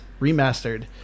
Remastered